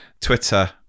Twitter